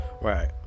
Right